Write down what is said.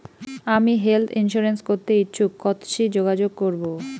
আমি health insurance করতে ইচ্ছুক কথসি যোগাযোগ করবো?